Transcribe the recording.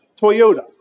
Toyota